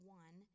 one